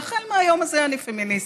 שהחל מהיום הזה אני פמיניסטית.